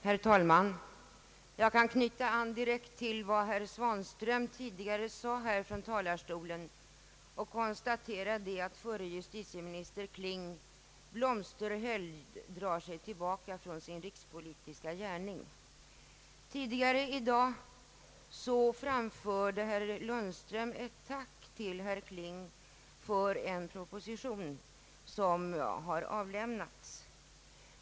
Herr talman! Jag kan knyta an direkt till vad herr Svanström tidigare sade från denna talarstol och konstatera att förre justitieministern Kling blomsterhöljd drar sig tillbaka från sin rikspolitiska gärning. Tidigare i dag framförde herr Lundström ett tack till herr Kling för en proposition som avlämnats.